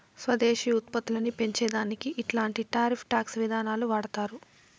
స్వదేశీ ఉత్పత్తులని పెంచే దానికి ఇట్లాంటి టారిఫ్ టాక్స్ విధానాలు వాడతారు